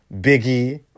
biggie